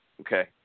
okay